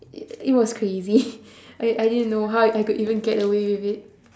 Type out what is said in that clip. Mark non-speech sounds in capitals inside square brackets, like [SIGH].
i~ it was crazy [BREATH] I didn't know how I could even get away with it